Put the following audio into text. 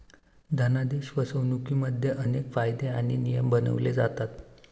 धनादेश फसवणुकिमध्ये अनेक कायदे आणि नियम बनवले जातात